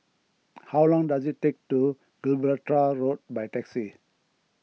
how long does it take to Gibraltar Road by taxi